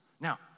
Now